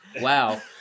wow